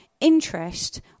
interest